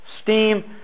Steam